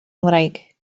ngwraig